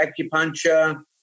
acupuncture